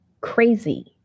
crazy